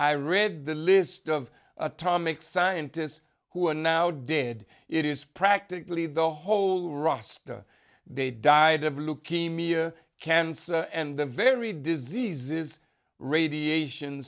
i read the list of atomic scientists who are now did it is practically the whole roster they died of leukemia cancer and the very diseases radiation